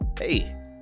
Hey